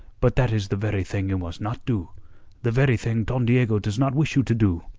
but that is the very thing you must not do the very thing don diego does not wish you to do.